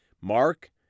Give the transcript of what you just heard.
Mark